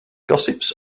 gossips